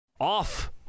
off